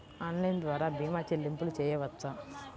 Online ద్వార భీమా చెల్లింపులు చేయవచ్చా?